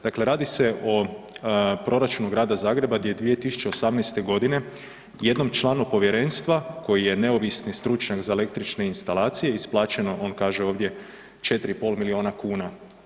Dakle, radi se o proračunu Grada Zagreba gdje je 2018.g. jednom članu povjerenstva, koji je neovisni stručnjak za električne instalacije isplaćeno, on kaže ovdje 4,5 milijuna kuna.